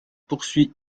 poursuit